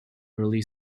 early